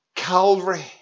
Calvary